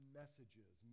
messages